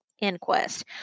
inquest